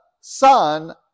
Son